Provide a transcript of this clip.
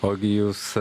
ogi jūs